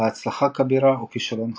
הצלחה כבירה או כישלון חרוץ.